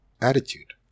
Attitude